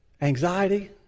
anxiety